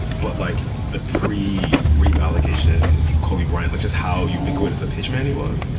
but like the pre rape allegations, kobe bryant, like just how ubiquitous a pitch man he was.